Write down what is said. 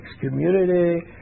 community